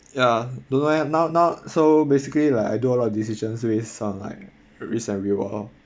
ya don't know eh now now so basically like I do a lot of decisions based on like risk and reward lor